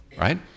right